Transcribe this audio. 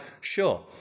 sure